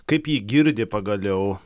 kaip jį girdi pagaliau